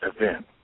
event